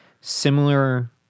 Similar